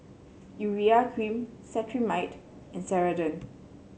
Urea Cream Cetrimide and Ceradan